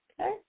okay